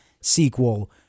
sequel